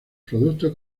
productos